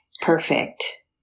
Perfect